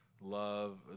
love